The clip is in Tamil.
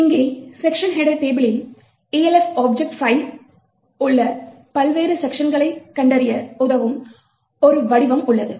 எனவே செக்க்ஷன் ஹெட்டர் டேபுளில் Elf ஆப்ஜெக்ட் பைல் உள்ள பல்வேறு செக்க்ஷன்களைக் கண்டறிய உதவும் ஒரு வடிவம் உள்ளது